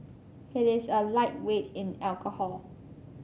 he is a lightweight in alcohol